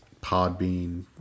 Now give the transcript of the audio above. Podbean